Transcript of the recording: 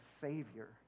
savior